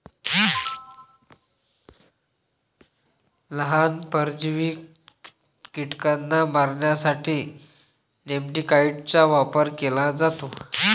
लहान, परजीवी कीटकांना मारण्यासाठी नेमॅटिकाइड्सचा वापर केला जातो